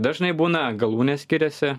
dažnai būna galūnės skiriasi